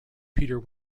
peter